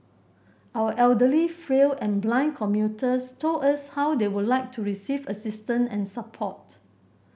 our elderly frail and blind commuters told us how they would like to receive assistance and support